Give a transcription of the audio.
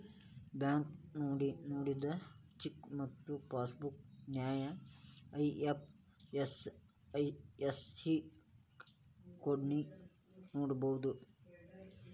bank ನೇಡಿದ cheque ಮತ್ತ passbook ನ್ಯಾಯ ಐ.ಎಫ್.ಎಸ್.ಸಿ ಕೋಡ್ನ ನೋಡಬೋದು